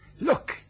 look